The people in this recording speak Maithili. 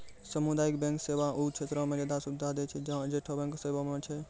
समुदायिक बैंक सेवा उ क्षेत्रो मे ज्यादे सुविधा दै छै जैठां बैंक सेबा नै छै